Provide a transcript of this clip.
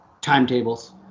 timetables